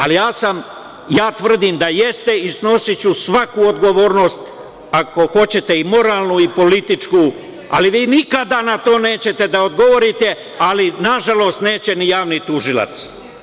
Ali, ja tvrdim da jeste i snosiću svaku odgovornost ako hoćete i moralnu i političku, ali vi nikada na to nećete da odgovorite, ali nažalost, neće ni javni tužilac.